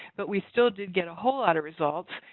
but we still did get a whole lot of results.